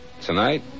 Tonight